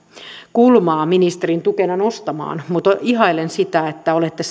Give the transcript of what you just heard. kulmaa ministerin tukena nostamaan mutta ihailen sitä että olette